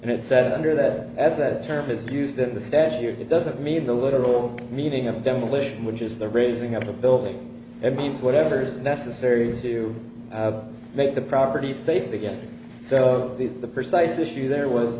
and it said under that as that term is used in the statute it doesn't mean the literal meaning of demolition which is the raising of the building and means whatever is necessary was to make the property safe again so the precise issue there was